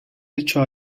dicho